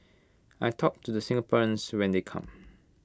I talk to the Singaporeans when they come